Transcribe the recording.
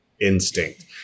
instinct